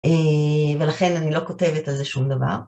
ולכן אני לא כותבת על זה שום דבר.